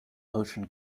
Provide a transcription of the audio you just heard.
ocean